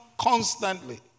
constantly